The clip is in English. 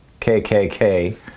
KKK